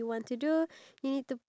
so right now